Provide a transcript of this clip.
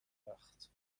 بدبخت